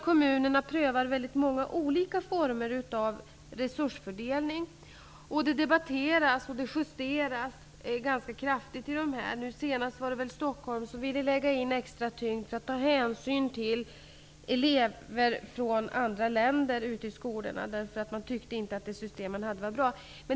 Kommunerna prövar många olika former av resursfördelning. De debatteras, och de justeras rätt kraftigt. Nu senast var det Stockholms kommun som ville lägga extra vikt vid att i skolorna ta hänsyn till elever från andra länder. Man tyckte inte att det system man hade var bra.